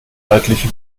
örtliche